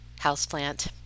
houseplant